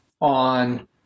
on